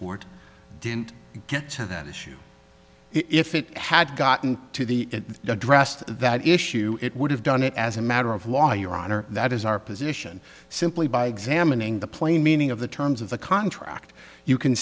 court didn't get to that issue if it had gotten to the addressed that issue it would have done it as a matter of law your honor that is our position simply by examining the plain meaning of the terms of the contract you can